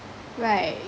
right